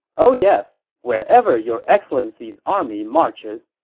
oh yes, wherever your excellency's army marches,